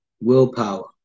willpower